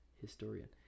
historian